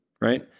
right